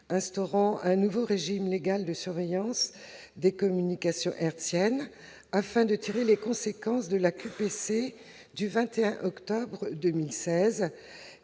instaurent un nouveau régime légal de surveillance des communications hertziennes afin de tirer les conséquences de la question prioritaire